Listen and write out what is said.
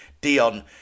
Dion